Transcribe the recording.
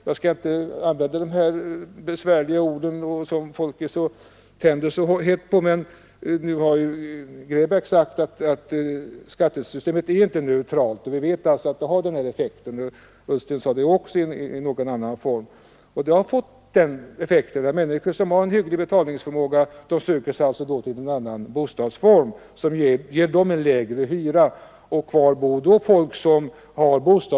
Jag skall inte använda de här besvärliga orden, som folk tänder så kraftigt på. Jag kan bara påpeka att herr Grebäck har sagt att skattesystemet inte är neutralt — herr Ullsten sade det också, men i en något annan form. Det har fått den effekten att människor som har hygglig betalningsförmåga söker sig till en annan bostadsform som ger dem en lägre bostadskostnad än de har i en hyreslägenhet.